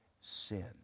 sin